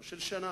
לא של שנה.